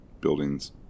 buildings